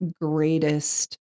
greatest